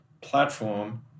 platform